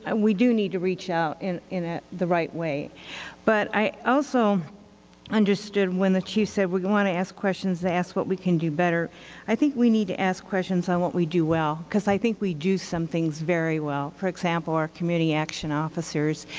and we do need to reach out in in ah the right way but i also understood when the chief said we we want to ask questions that ask what we can do better i think we need to ask questions on what we do well because i think we do some things very well. for example, our community action officers.